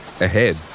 Ahead